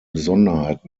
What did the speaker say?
besonderheit